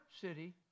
city